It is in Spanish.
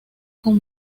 con